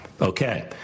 Okay